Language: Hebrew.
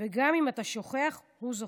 וגם אם אתה שוכח, הוא זוכר.